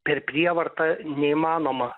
per prievartą neįmanoma